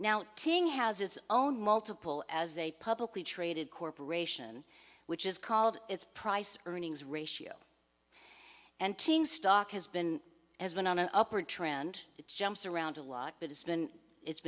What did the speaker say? teaching has its own multiple as a publicly traded corporation which is called its price earnings ratio and team stock has been has been on an upward trend it jumps around a lot but it's been it's